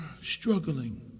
struggling